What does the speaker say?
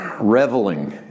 reveling